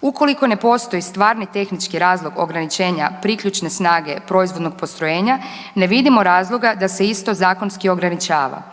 Ukoliko ne postoji stvarni tehnički razlog ograničenja priključne snage proizvodnog postrojenja, ne vidimo razloga da se isto zakonski ograničava.